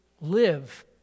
live